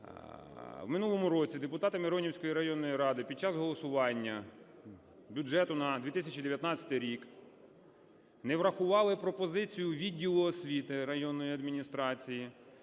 В минулому році депутати Миронівської районної ради під час голосування бюджету на 2019 рік не врахували пропозицію відділу освіти районної адміністрації,